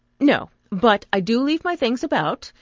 no. but i do leave my things about.